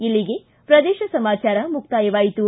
ಇಲ್ಲಿಗೆ ಪ್ರದೇಶ ಸಮಾಚಾರ ಮುಕ್ತಾಯವಾಯಿತು